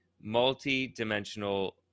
multi-dimensional